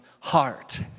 heart